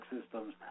systems